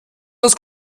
das